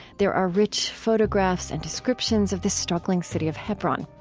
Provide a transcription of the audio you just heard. there are rich photographs and descriptions of the struggling city of hebron.